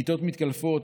כיתות מתקלפות,